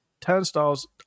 turnstiles